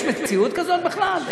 יש מציאות כזאת בכלל?